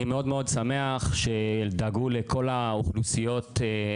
לוחמים אורי יצחק אילוז זכרונו לברכה ואוהד דהן זכרונו לברכה.